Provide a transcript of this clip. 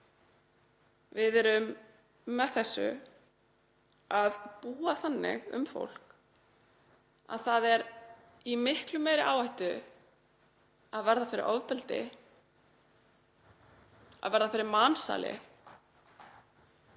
Við erum með þessu að búa þannig að fólki að það er í miklu meiri hættu á að verða fyrir ofbeldi, verða fyrir mansali,